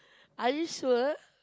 are you sure